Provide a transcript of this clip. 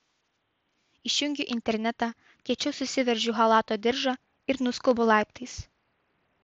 išjungiu internetą kiečiau susiveržiu chalato diržą ir nuskubu laiptais